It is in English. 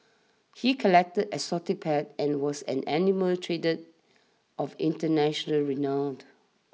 he collected exotic pets and was an animal trader of international renowned